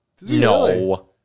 No